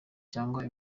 cyangwa